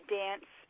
dance